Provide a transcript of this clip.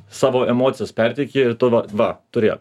savo emocijas perteiki ir tu va va turi